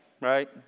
right